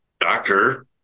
doctor